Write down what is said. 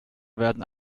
werden